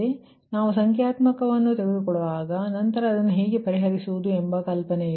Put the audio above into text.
ಆದ್ದರಿಂದನಾವು ಸಂಖ್ಯಾತ್ಮಕವನ್ನು ತೆಗೆದುಕೊಳ್ಳುವಾಗ ನಂತರದಲ್ಲಿ ಅದನ್ನು ಹೇಗೆ ಪರಿಹರಿಸುವುದು ಎಂಬ ಕಲ್ಪನೆ ಇದು